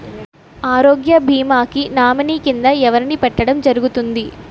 ఆరోగ్య భీమా కి నామినీ కిందా ఎవరిని పెట్టడం జరుగతుంది?